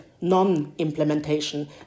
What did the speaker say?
non-implementation